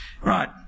Right